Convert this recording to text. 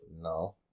No